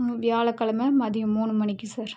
வியாழக்கிழம மதியம் மூணு மணிக்கு சார்